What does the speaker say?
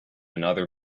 another